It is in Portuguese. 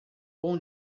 bom